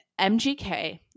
MGK